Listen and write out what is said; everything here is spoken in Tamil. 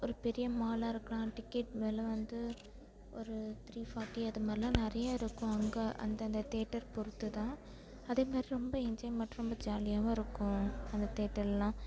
ஒரு பெரிய மாலா இருக்கலாம் டிக்கெட் விலை வந்து ஒரு த்ரீ ஃபாட்டி அது மாதிரிலாம் நிறைய இருக்கும் அங்கே அந்தந்த தேட்டர் பொறுத்து தான் அதே மாதிரி ரொம்ப என்ஜாய்மெண்ட் ரொம்ப ஜாலியாகவும் இருக்கும் அந்த தேட்டர்லாம்